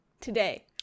today